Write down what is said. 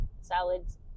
salads